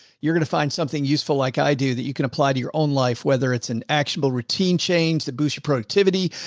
you're going to find something useful. like i do that you can apply to your own life, whether it's an actual routine change to boost your productivity,